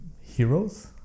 heroes